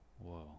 Whoa